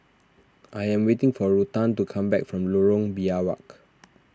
I am waiting for Ruthann to come back from Lorong Biawak